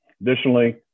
Additionally